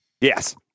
yes